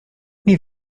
nie